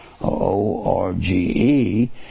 O-R-G-E